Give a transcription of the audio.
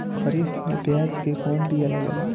खरीफ में प्याज के कौन बीया लागेला?